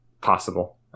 possible